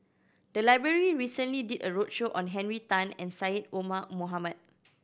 the library recently did a roadshow on Henry Tan and Syed Omar Mohamed